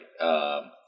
Right